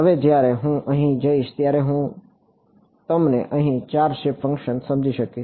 હવે જ્યારે હું અહીં જઈશ ત્યારે હું તમને અહીં ચાર શેપ ફંક્શન્સ સમજી શકીશ